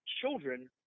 children